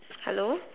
hello